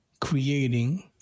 creating